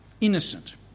innocent